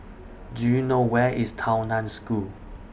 Do YOU know Where IS Tao NAN School